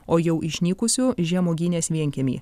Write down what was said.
o jau išnykusių žemuogynės vienkiemį